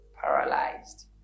paralyzed